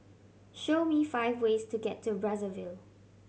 show me five ways to get to Brazzaville